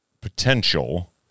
potential